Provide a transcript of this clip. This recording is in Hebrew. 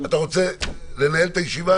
אתה רוצה לנהל את הישיבה,